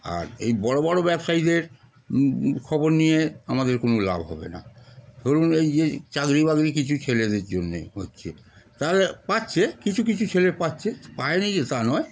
আর এই বড় বড় ব্যবসায়ীদের খবর নিয়ে আমাদের কোনো লাভ হবে না ধরুন এই যে চাকরি বাকরি কিছু ছেলেদের জন্যে হচ্ছে তারা পাচ্ছে কিছু কিছু ছেলে পাচ্ছে পায়নি যে তা নয়